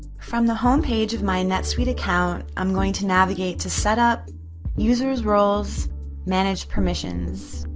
from the home page of my netsuite account, i'm going to navigate to setup users roles manage permissions